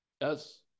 Yes